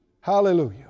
Hallelujah